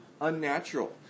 unnatural